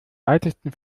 weitesten